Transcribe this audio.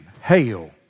Hail